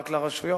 רק לרשויות.